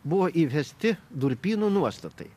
buvo įvesti durpynų nuostatai